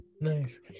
Nice